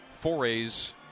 forays